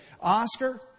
Oscar